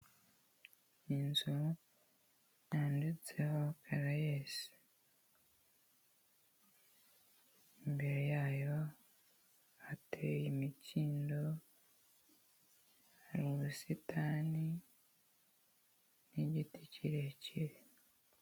Inzu yanditseho Karayesi, imbere yayo hateye imikindo, hari ubusitani n'igiti kirekire.